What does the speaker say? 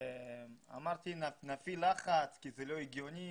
אמרתי שנפעיל לחץ כי זה לא הגיוני,